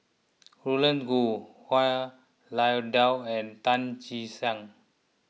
Roland Goh Han Lao Da and Tan Che Sang